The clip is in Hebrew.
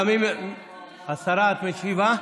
השרה, את משיבה?